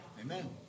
Amen